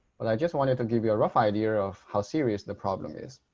but i just wanted to give you a rough idea of how serious the problem is.